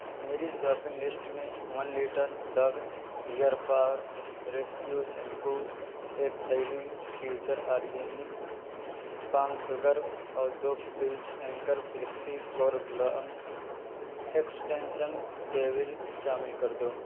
میری shopping list میں one litre Dove hair fall rescue shampoo ایک تھیلی فیوچر آرگینکس پام شوگر اور دو piece Anchor flexi extension cable شامل کر دو